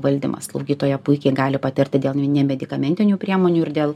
valdymas slaugytoja puikiai gali patirti dėl nemedikamentinių priemonių ir dėl